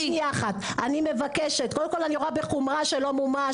אני רואה בחומרה שלא מומש,